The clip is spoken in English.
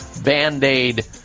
Band-Aid